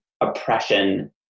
oppression